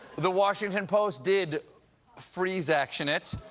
the washington post did freeze action it,